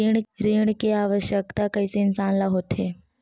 ऋण के आवश्कता कइसे इंसान ला होथे?